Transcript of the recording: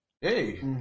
Hey